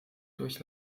durch